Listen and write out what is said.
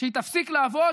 שהיא תפסיק לעבוד?